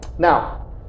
Now